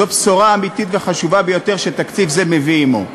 זו בשורה אמיתית וחשובה ביותר שתקציב זה מביא עמו.